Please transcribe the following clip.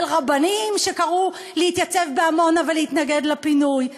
של רבנים שקראו להתייצב בעמונה ולהתנגד לפינוי.